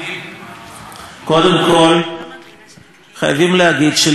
חייבים להגיד שלצערי,